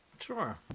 sure